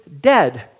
dead